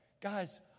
Guys